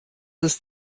ist